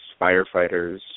firefighters